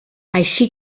així